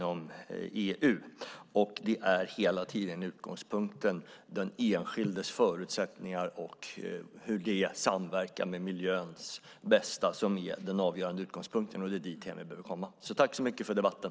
Det är hela tiden det som är den avgörande utgångspunkten: den enskildes förutsättningar och hur de samverkar med miljöns bästa. Det är dithän vi behöver komma. Tack så mycket för debatten!